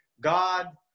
God